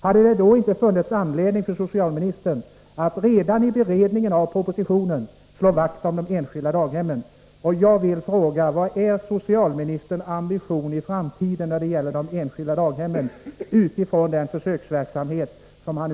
Hade det inte funnits anledning för socialministern att redan vid beredningen av propositionen slå vakt om de enskilda daghemmen?